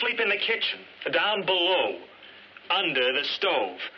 sleep in the kitchen down below under the stove